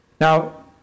now